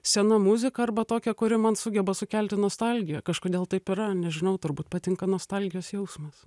sena muzika arba tokia kuri man sugeba sukelti nostalgiją kažkodėl taip yra nežinau turbūt patinka nostalgijos jausmas